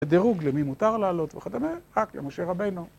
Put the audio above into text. בדירוג למי מותר לעלות וכדומה, רק למשה רבינו.